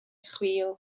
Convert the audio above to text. chwil